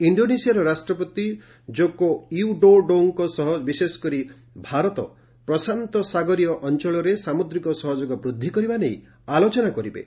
ଇଣ୍ଡୋନେସିଆର ରାଷ୍ଟ୍ରପତି ଜୋକୋ ୟୁଡୋଡୋଙ୍କ ସହ ବିଶେଷକରି ଭାରତ ପ୍ରଶାନ୍ତ ସାଗରୀୟ ଅଞ୍ଚଳରେ ସାମୁଦ୍ରିକ ସହଯୋଗ ବୃଦ୍ଧି କରିବା ନେଇ ଆଲୋଚନା କରିବେ